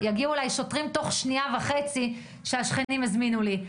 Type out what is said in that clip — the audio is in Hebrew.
יגיעו אליי שוטרים תוך שנייה וחצי כי השכנים הזמינו לי.